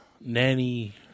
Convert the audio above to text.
Nanny